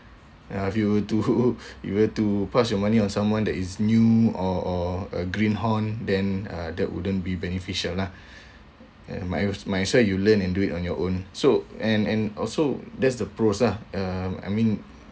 ya if you were to you were to pass your money to someone that is new or or a green horn then uh that wouldn't be beneficial lah uh might as might as well you learn and do it on your own so and and also there's the pros lah um I mean